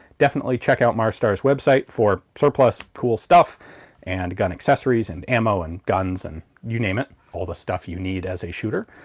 definitely check out marstar's website for surplus cool stuff and gun accessories and ammo and guns and you name it all the stuff you need as a shooter,